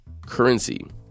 currency